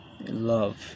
Love